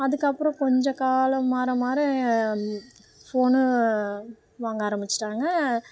அதுக்கப்புறம் கொஞ்சம் காலம் மாற மாற ஃபோனு வாங்க ஆரம்பிச்சிட்டாங்க